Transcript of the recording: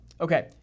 okay